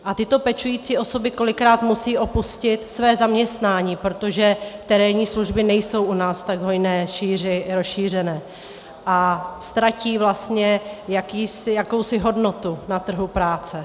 A tyto pečující osoby kolikrát musí opustit své zaměstnání, protože terénní služby nejsou u nás v tak hojné šíři rozšířené, a ztratí jakousi hodnotu na trhu práce.